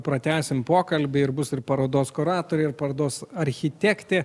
pratęsim pokalbį ir bus ir parodos kuratorė ir parodos architektė